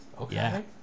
okay